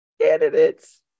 Candidates